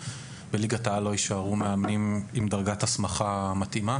לא יישארו מאמנים עם דרגת הסמכה מתאימה,